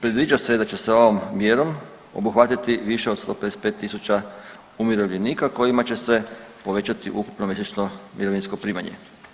Predviđa se da će se ovom mjerom obuhvatiti više od 155 tisuća umirovljenika kojima će se povećati ukupno mjesečno mirovinsko primanje.